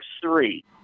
three